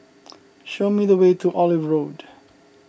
show me the way to Olive Road